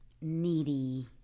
needy